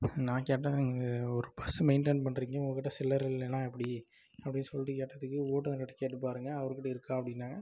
நான் கேட்டேன் ஒரு பஸ் மெயின்டைன் பண்ணுறீங்க உங்கள் கிட்டே சில்லறை இல்லேனால் எப்படி அப்படின்னு சொல்லிட்டு கேட்டதுக்கு ஓட்டுனர் கிட்டே கேட்டு பாருங்க அவர் கிட்டே இருக்கா அப்படின்னாங்க